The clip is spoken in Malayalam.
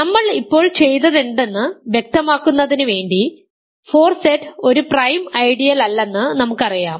നമ്മൾ ഇപ്പോൾ ചെയ്തതെന്തെന്ന് വ്യക്തമാക്കുന്നതിന് വേണ്ടി 4Z ഒരു പ്രൈം ഐഡിയലല്ലെന്ന് നമുക്കറിയാം